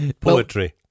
poetry